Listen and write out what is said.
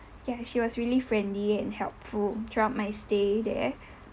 ya she was really friendly and helpful throughout my stay there